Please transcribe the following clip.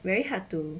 very hard to